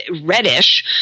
reddish